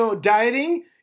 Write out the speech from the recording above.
dieting